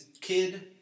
kid